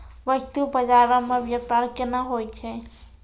बस्तु बजारो मे व्यपार केना होय छै?